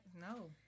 No